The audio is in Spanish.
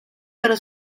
pero